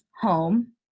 home